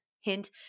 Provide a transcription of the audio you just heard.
hint